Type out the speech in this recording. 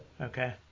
Okay